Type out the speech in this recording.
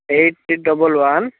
eight double one